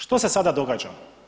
Što se sada događa?